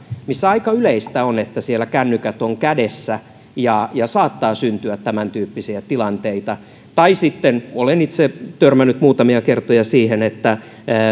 missä aika yleistä on että siellä on kännykät kädessä ja saattaa syntyä tämäntyyppisiä tilanteita tai sitten olen itse törmännyt muutamia kertoja siihen